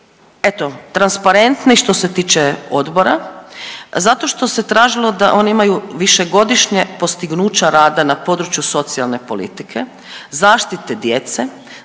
eto transparentni što se tiče odbora, zato što se tražilo da oni imaju višegodišnje postignuće rada na području socijalne politike, zaštite djece,